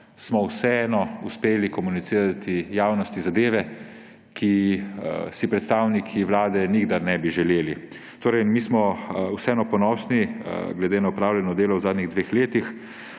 smo vseeno uspeli sporočiti javnosti zadeve, ki jih predstavniki vlade nikdar ne bi želeli. Mi smo vseeno ponosni glede na opravljeno delo v zadnjih dveh letih,